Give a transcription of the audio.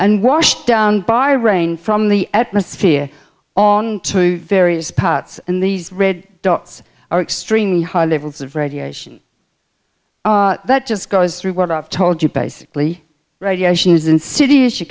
and washed down by rain from the atmosphere on to various parts and these red dots are extremely high levels of radiation that just goes through what i've told you basically radiation is insidious you